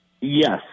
Yes